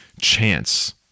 chance